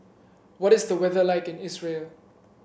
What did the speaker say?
what is the weather like in Israel